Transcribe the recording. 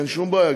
אין שום בעיה,